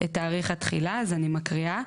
את תאריך התחילה אז אני מקריאה.